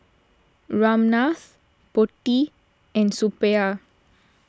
Ramnath Potti and Suppiah